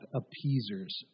appeasers